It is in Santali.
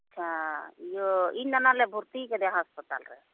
ᱤᱭᱟᱹ ᱤᱧ ᱱᱟᱱᱟᱞᱮ ᱵᱷᱩᱨᱛᱤ ᱟᱠᱟᱫᱮᱭᱟ ᱦᱟᱸᱥᱯᱟᱛᱟᱞ ᱨᱮ